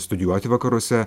studijuoti vakaruose